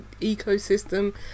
ecosystem